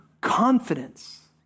confidence